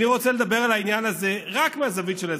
אני רוצה לדבר על העניין הזה רק מהזווית של האזרחים: